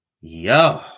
yo